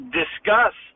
discuss